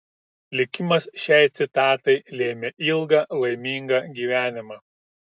likimas šiai citatai lėmė ilgą laimingą gyvenimą